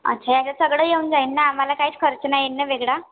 अच्छा याच्यात सगळं येऊन जाईन ना आम्हाला काहीच खर्च नाही येईन ना वेगळा